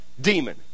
demon